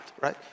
right